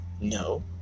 No